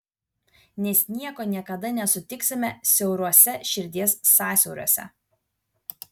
nes nieko niekada nesutiksime siauruose širdies sąsiauriuose